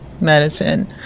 medicine